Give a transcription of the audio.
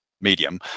medium